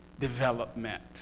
development